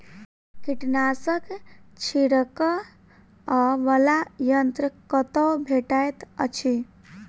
कीटनाशक छिड़कअ वला यन्त्र कतौ भेटैत अछि?